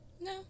No